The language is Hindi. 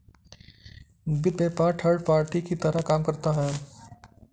वित्त व्यापार थर्ड पार्टी की तरह काम करता है